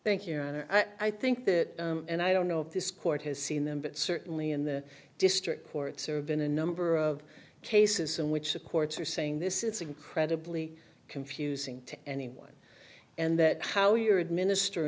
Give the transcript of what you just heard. thank you i think that and i don't know if this court has seen them but certainly in the district courts or have been a number of cases in which the courts are saying this it's incredibly confusing to anyone and that how you're administer